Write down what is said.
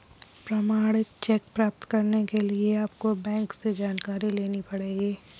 प्रमाणित चेक प्राप्त करने के लिए आपको बैंक से जानकारी लेनी पढ़ेगी